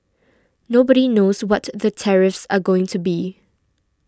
nobody knows what the tariffs are going to be